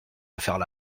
affaires